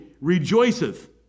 rejoiceth